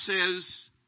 says